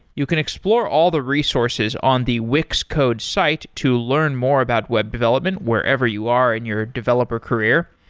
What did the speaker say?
you can explore all the resources on the wix code's site to learn more about web development wherever you are in your developer career.